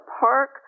park